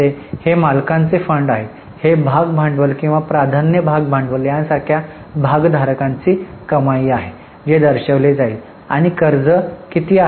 हे मालकांचे फंड आहेत हे भाग भांडवल किंवा प्राधान्य भाग भांडवल यासारख्या भागधारकांची कमाई आहे जी दर्शविली जाईल आणि कर्ज किती आहे